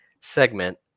segment